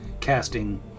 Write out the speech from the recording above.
casting